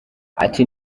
ati